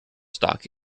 stock